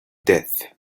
death